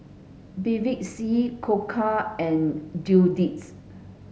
Bevy C Koka and Dundee